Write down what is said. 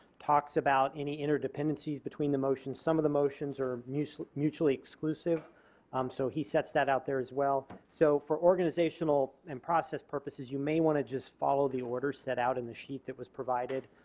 talks about any interdependencies between the motions. some of the motions are mutually mutually exclusive um so he sets that out there as well. so organizational and process purposes you may wanna just follow the order set out in the sheet that was provided.